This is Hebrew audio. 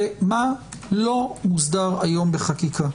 ומה לא מוסדר היום בחקיקה.